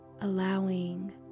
allowing